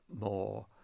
more